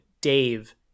Dave